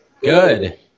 Good